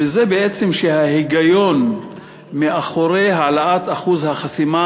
וזה בעצם שההיגיון מאחורי העלאת אחוז החסימה